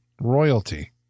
royalty